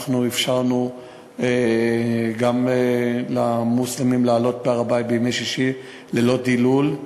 אנחנו אפשרנו גם למוסלמים לעלות להר-הבית בימי שישי ללא דילול,